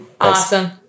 awesome